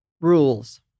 Rules